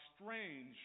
strange